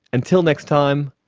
until next time,